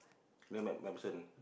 near Mac MacPherson